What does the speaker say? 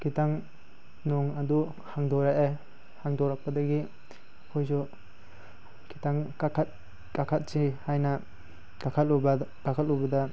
ꯈꯤꯇꯪ ꯅꯣꯡ ꯑꯗꯨ ꯍꯥꯡꯗꯣꯔꯛꯑꯦ ꯍꯥꯡꯗꯣꯔꯛꯄꯗꯒꯤ ꯑꯩꯈꯣꯏꯁꯨ ꯈꯤꯇꯪ ꯀꯥꯈꯠ ꯀꯥꯈꯠꯁꯤ ꯍꯥꯏꯅ ꯀꯥꯈꯠꯂꯨꯕ ꯀꯥꯈꯠꯂꯨꯕꯗ